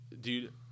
dude